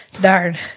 darn